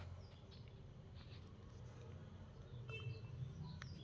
ಎಲಿ ಉದುರುದು ಬಡ್ಡಿಬಾಗದಾಗ ಸುಲಿದ ತೊಗಟಿ ಇದರಿಂದ ಕೇಟ ಲಕ್ಷಣ ಕಂಡಬರ್ತೈತಿ